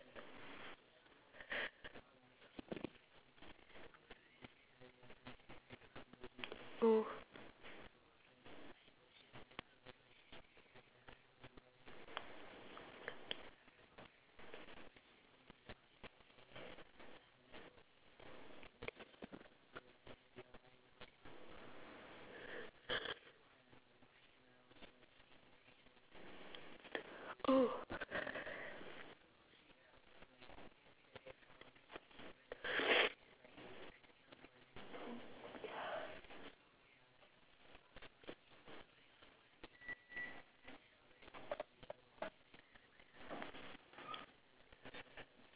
oh oh